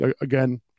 again